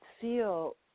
feel